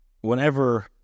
whenever